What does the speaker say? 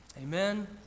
Amen